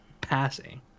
passing